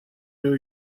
new